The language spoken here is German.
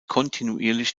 kontinuierlich